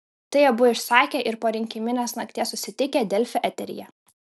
tai abu išsakė ir po rinkiminės nakties susitikę delfi eteryje